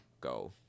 go